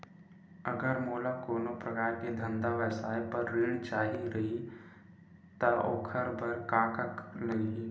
अगर मोला कोनो प्रकार के धंधा व्यवसाय पर ऋण चाही रहि त ओखर बर का का लगही?